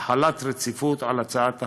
החלת רציפות על הצעת החוק.